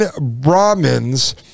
brahmins